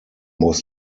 was